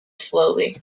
slowly